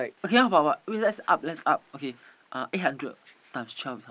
okay how about what wait lets up lets up okay uh eight hundred times twelve is how much